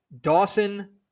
Dawson